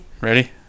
Ready